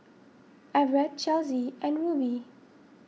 Evertt Chelsi and Rubie